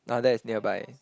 now that is nearby